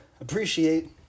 appreciate